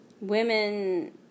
women